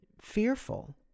fearful